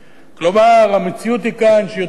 כלומר המציאות כאן היא שיותר אנשים